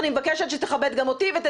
אני מבקשת שתכבד גם אותי ותצא עכשיו.